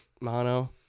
mono